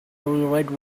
rewrite